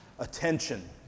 Attention